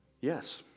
yes